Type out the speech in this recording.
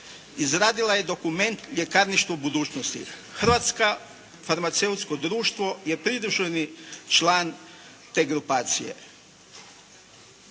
izradila je dokument ljekarništva u budućnosti. Hrvatsko farmaceutsko društvo je pridruženi član te grupacije.